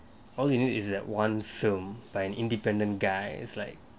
all you need is that one film by an independent guys like